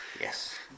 Yes